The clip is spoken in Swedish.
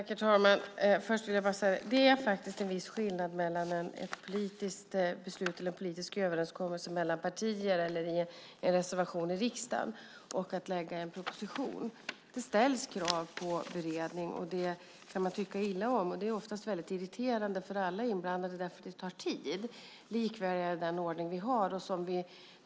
Herr talman! Först vill jag bara säga att det är en viss skillnad mellan en politisk överenskommelse mellan partier eller en reservation i riksdagen och att lägga fram en proposition. Det ställs krav på beredning. Det kan man tycka illa om. Det är oftast väldigt irriterande för alla inblandade därför att det tar tid. Likväl är det den ordning vi har.